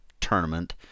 tournament